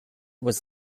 was